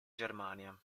germania